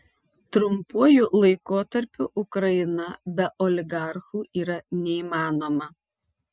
trumpuoju laikotarpiu ukraina be oligarchų yra neįmanoma